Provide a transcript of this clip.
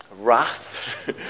wrath